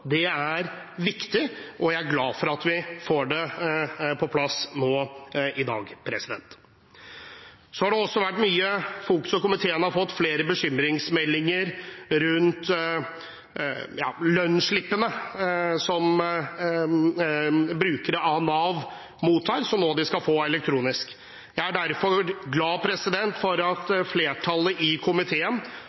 det nå i år også. Det er viktig, og jeg er glad for at vi får det på plass i dag. Så har det også vært mye fokus på, og komiteen har fått flere bekymringsmeldinger rundt, lønnsslippene som brukere av Nav mottar, som de nå skal få elektronisk. Jeg er derfor glad for at flertallet i komiteen